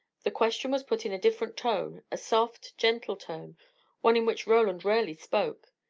the question was put in a different tone a soft, gentle tone one in which roland rarely spoke.